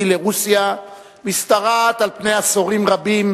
לרוסיה משתרעת על פני עשורים רבים,